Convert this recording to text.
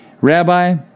Rabbi